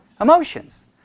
Emotions